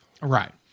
Right